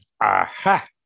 aha